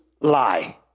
lie